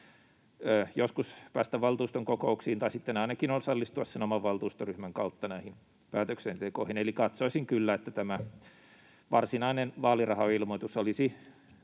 joskus päästä valtuuston kokouksiin tai sitten ainakin osallistua sen oman valtuustoryhmän kautta näihin päätöksentekoihin. Eli katsoisin kyllä, että tämä varsinainen vaalirahailmoitus olisi